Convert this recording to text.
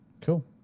Cool